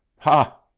ha!